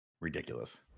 ridiculous